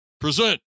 present